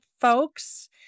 folks